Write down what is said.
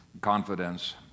confidence